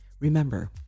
Remember